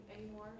anymore